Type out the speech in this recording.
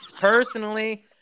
personally